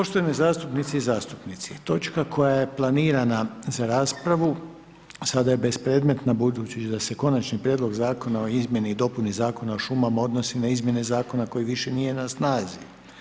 Poštovane zastupnice i zastupnici, točka koja je planirana za raspravu, sada je bespredmetna, budući da se Konačni prijedlog Zakona o izmjeni i dopuni Zakona o šumama, odnosi na izmjene zakona koji više nije na snazi.